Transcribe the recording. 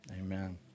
Amen